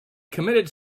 committed